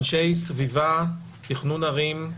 אנשי סביבה, תכנון ערים,